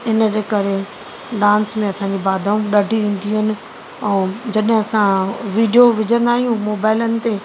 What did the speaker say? हिनजे करे डांस में असांखे बाधाऊं ईंदियूं आहिनि ऐं जॾहें असां विडियो विझंदा आहियूं मोबाइलनि ते